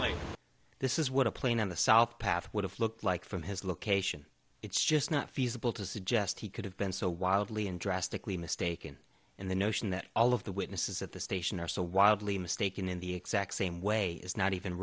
what this is what a plane on the south path would have looked like from his location it's just not feasible to suggest he could have been so wildly and drastically mistaken in the notion that all of the witnesses at the station are so wildly mistaken in the exact same way is not even